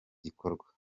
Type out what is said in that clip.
gikorwa